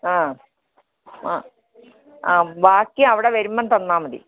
ആ ആ ആ ബാക്കി അവിടെ വരുമ്പം തന്നാൽ മതി